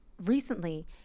recently